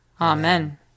Amen